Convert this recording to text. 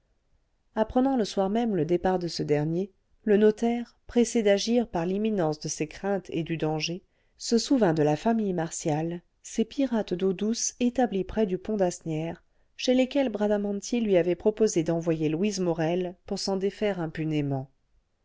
apprenant le soir même le départ de ce dernier le notaire pressé d'agir par l'imminence de ses craintes et du danger se souvint de la famille martial ces pirates d'eau douce établis près du pont d'asnières chez lesquels bradamanti lui avait proposé d'envoyer louise morel pour s'en défaire impunément